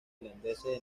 irlandeses